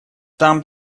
там